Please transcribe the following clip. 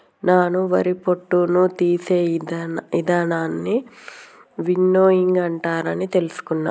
నాను వరి పొట్టును తీసే ఇదానాలన్నీ విన్నోయింగ్ అంటారు అని తెలుసుకున్న